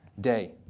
day